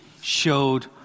showed